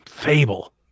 fable